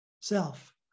self